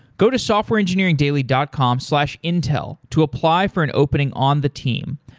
go to softwareengineeringdaily dot com slash intel to apply for an opening on the team.